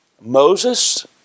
Moses